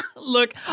Look